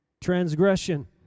transgression